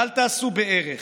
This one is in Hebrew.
ואל תעשו בערך,